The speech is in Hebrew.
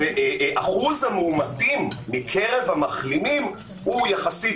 אחוז המאומתים מקרב המחלימים הוא נמוך יחסית,